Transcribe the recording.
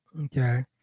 Okay